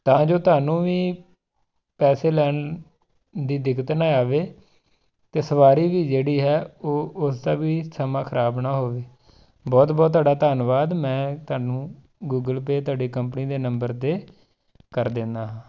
ਤਾਂ ਜੋ ਤੁਹਾਨੂੰ ਵੀ ਪੈਸੇ ਲੈਣ ਦੀ ਦਿੱਕਤ ਨਾ ਆਵੇ ਅਤੇ ਸਵਾਰੀ ਵੀ ਜਿਹੜੀ ਹੈ ਉਹ ਉਸਦਾ ਵੀ ਸਮਾਂ ਖ਼ਰਾਬ ਨਾ ਹੋਵੇ ਬਹੁਤ ਬਹੁਤ ਤੁਹਾਡਾ ਧੰਨਵਾਦ ਮੈਂ ਤੁਹਾਨੂੰ ਗੂਗਲ ਪੇਅ ਤੁਹਾਡੇ ਕੰਪਨੀ ਦੇ ਨੰਬਰ 'ਤੇ ਕਰ ਦਿੰਦਾ ਹਾਂ